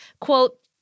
quote